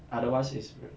otherwise it's